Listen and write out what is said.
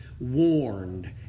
warned